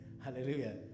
hallelujah